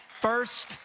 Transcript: First